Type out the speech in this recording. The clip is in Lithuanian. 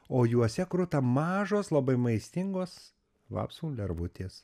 o juose kruta mažos labai maistingos vapsvų lervutės